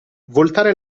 voltare